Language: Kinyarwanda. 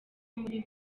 muri